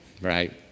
Right